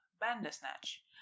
Bandersnatch